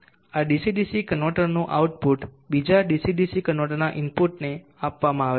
આ DC DC કન્વર્ટરનું output બીજા ડીસી ડીસી કન્વર્ટરના ઇનપુટને આપવામાં આવે છે